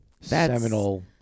Seminal